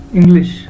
English